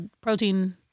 protein